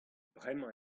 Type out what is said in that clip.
bremañ